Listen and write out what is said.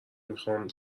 میخوام